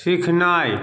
सीखनाइ